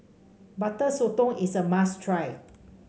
Butter Sotong is a must try